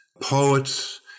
poets